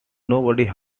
nobody